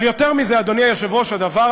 אבל יותר מזה, אדוני היושב-ראש, הדבר